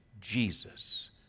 Jesus